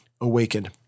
awakened